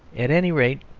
at any rate,